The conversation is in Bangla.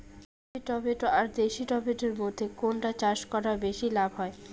হাইব্রিড টমেটো আর দেশি টমেটো এর মইধ্যে কোনটা চাষ করা বেশি লাভ হয়?